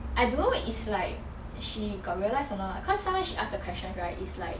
I don't know it's like she got realise or not cause sometimes she ask the questions right is like